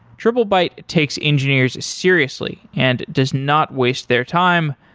triplebyte takes engineers seriously and does not waste their time,